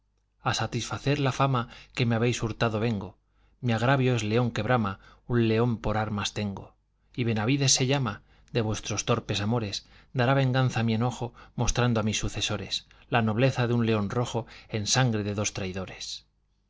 a satisfacer la fama que me habéis hurtado vengo mi agravio es león que brama un león por armas tengo y benavides se llama de vuestros torpes amores dará venganza a mi enojo mostrando a mis sucesores la nobleza de un león rojo en sangre de dos traidores